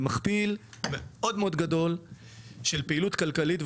זה מכפיל מאוד מאוד גדול של פעילות כלכלית,